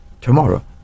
Tomorrow